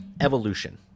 evolution